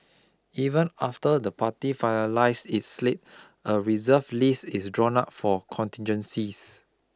even after the party finalises its slate a reserve list is drawn up for contingencies